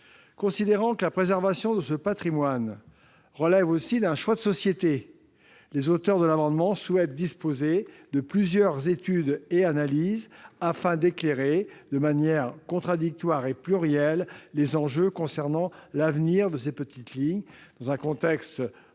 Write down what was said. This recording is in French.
Considérant que la préservation de ce patrimoine relève aussi d'un choix de société, les auteurs de l'amendement souhaitent disposer de plusieurs études et analyses afin d'éclairer de manière contradictoire et plurielle les enjeux concernant l'avenir de ces petites lignes, dans un contexte